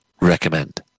recommend